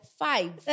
five